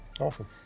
Awesome